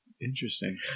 Interesting